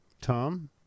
Tom